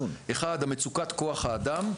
אחד, מצוקת כוח אדם.